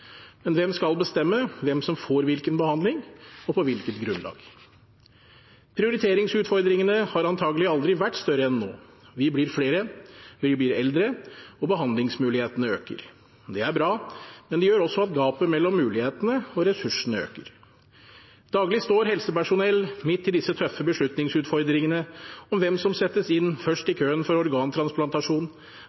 men hvem skal bestemme hvem som får hvilken behandling, og på hvilket grunnlag? Prioriteringsutfordringene har antakelig aldri vært større enn nå. Vi blir flere, vi blir eldre, og behandlingsmulighetene øker. Det er bra, men det gjør også at gapet mellom mulighetene og ressursene øker. Daglig står helsepersonell midt i disse tøffe beslutningsutfordringene om hvem som settes inn først i køen for organtransplantasjon,